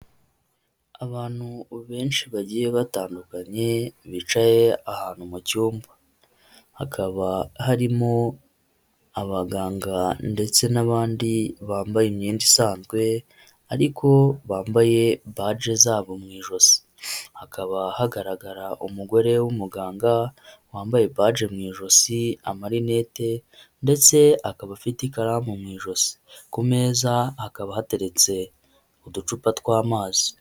Abantu benshi bagiye batandukanye bicaye ahantu mu cyumba, hakaba harimo abaganga ndetse n'abandi bambaye imyenda isanzwe ariko bambaye baji zabo mu ijosi, hakaba hagaragara umugore w'umuganga wambaye baji mu ijosi, amarinete ndetse akaba afite ikaramu mu ijosi, ku meza hakaba hateretse uducupa tw'amazi.